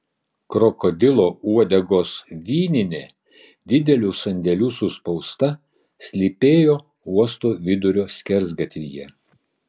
krokodilo uodegos vyninė didelių sandėlių suspausta slypėjo uosto vidurio skersgatvyje